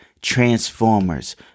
Transformers